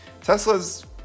tesla's